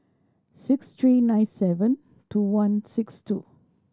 six three nine seven two one six two